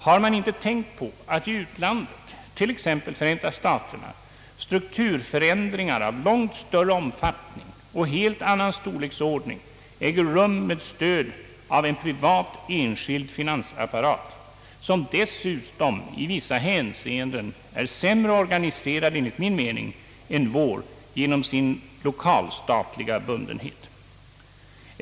Har man inte tänkt på att i utlandet, t.ex. i Förenta staterna, strukturförändringar av långt större omfattning och en helt annan storleksordning äger rum med stöd av en privat, enskild finansapparat, som dessutom i vissa hänseenden är sämre organiserad enligt min mening än vår genom sin lokalstatliga bundenhet?